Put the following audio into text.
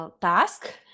task